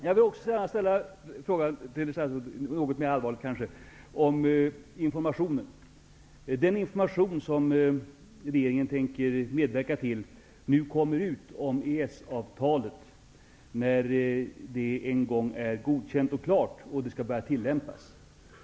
Jag vill ta upp en något mera allvarlig sak om den information om EES-avtalet som regeringen tänker medverka till att få ut när avtalet en gång är godkänt, klart och skall börja tillämpas.